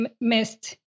missed